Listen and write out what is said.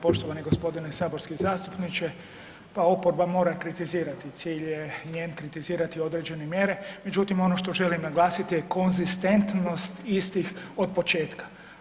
Poštovani gospodine saborski zastupniče, pa oporba mora kritizirati, cilj je njen kritizirati određene mjere, međutim ono što želim naglasiti je konzistentnost istih od početka.